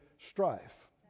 strife